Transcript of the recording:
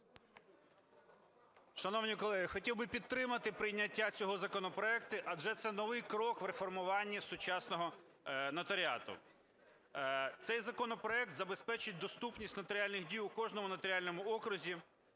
Шановні колеги, хотів би підтримати прийняття цього законопроекту, адже це новий крок в реформуванні сучасного нотаріату. Цей законопроект забезпечить доступність нотаріальних дій в кожному нотаріальному окрузі,